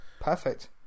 Perfect